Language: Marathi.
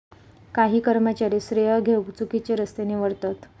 काही कर्मचारी श्रेय घेउक चुकिचे रस्ते निवडतत